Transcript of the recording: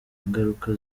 ingaruka